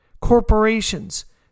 corporations